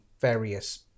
various